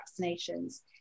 vaccinations